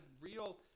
real